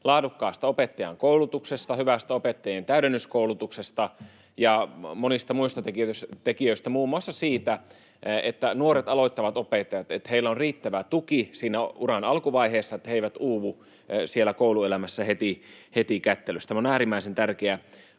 laadukkaasta opettajankoulutuksesta, hyvästä opettajien täydennyskoulutuksesta ja monista muista tekijöistä, muun muassa siitä, että nuorilla, aloittavilla opettajilla on riittävä tuki siinä uran alkuvaiheessa, niin että he eivät uuvu siellä kouluelämässä heti kättelyssä. Tämä on äärimmäisen tärkeä